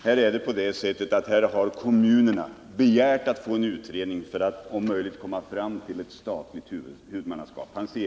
Här har Göteborgs kommun och hans egen kommun, Helsingborg, begärt att få en utredning till stånd för att man om möjligt skulle komma fram till ett förslag om statligt huvudmannaskap.